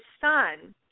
son